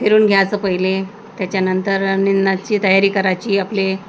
फिरून घ्यायचं पहिले त्याच्यानंतर निंदणाची तयारी करायची आपले